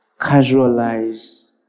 casualize